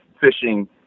fishing